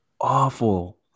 awful